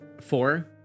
four